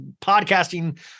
podcasting